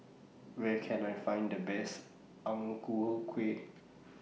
Where Can I Find The Best Ang Ku Kueh